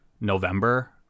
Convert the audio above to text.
November